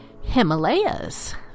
Himalayas